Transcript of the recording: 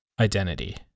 identity